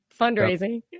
fundraising